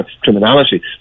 criminality